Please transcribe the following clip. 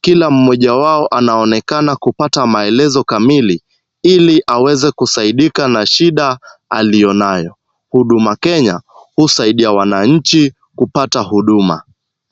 Kila mmoja wao anaonekana kupata maelezo kamili ili aweze kusaidika na shida aliyonayo. Huduma Kenya husaidia wananchi kupata huduma.